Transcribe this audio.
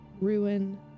Ruin